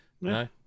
No